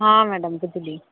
ହଁ ମ୍ୟାଡ଼ାମ୍ ବୁଝିଲି